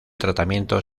tratamiento